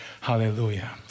hallelujah